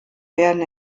werden